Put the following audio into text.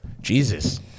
Jesus